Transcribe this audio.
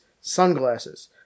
sunglasses